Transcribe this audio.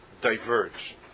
diverge